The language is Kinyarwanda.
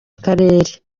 akarere